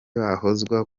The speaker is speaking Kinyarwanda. bahozwa